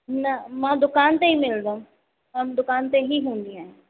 न मां दुकान ते मिलंदो अउं दुकान ते ई हूंदी आहियां